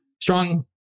strong